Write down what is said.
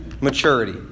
maturity